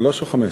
שלוש או חמש?